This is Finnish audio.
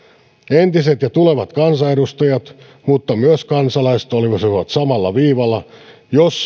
entiset ja tulevat kansanedustajat mutta myös kansalaiset olisivat samalla viivalla jos